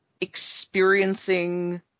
experiencing